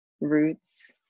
roots